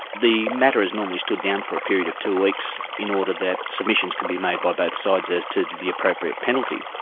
the matter is normally stood down for a period of two weeks, in order that submissions can be made by both sides as to the appropriate penalty.